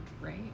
right